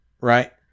right